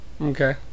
Okay